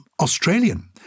Australian